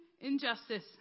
injustice